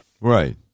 Right